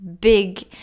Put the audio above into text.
big